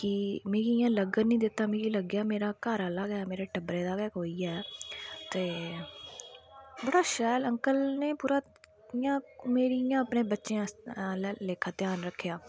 मिगी इंया लग्गन निं दित्ता मिगी इंया लग्गेआ कि मेरा घर आह्ला गै मेरा कोई टब्बरै दा ऐ ते यरो शैल अंकल नै पूरा इंया मेरी अपने बच्चें आह्लें लेखा ध्यान रक्खेआ